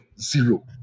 Zero